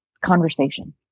conversation